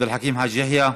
עבד אל חכים חאג' יחיא,